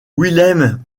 wilhelm